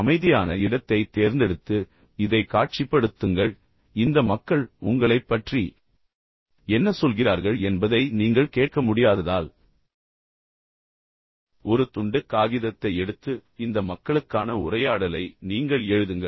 அமைதியான இடத்தைத் தேர்ந்தெடுத்து இதைக் காட்சிப்படுத்துங்கள் இந்த மக்கள் உங்களைப் பற்றி என்ன சொல்கிறார்கள் என்பதை நீங்கள் கேட்க முடியாததால் ஒரு துண்டு காகிதத்தை எடுத்து இந்த மக்களுக்கான உரையாடலை நீங்கள் எழுதுங்கள்